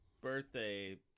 birthday